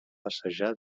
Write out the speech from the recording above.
passejar